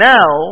Now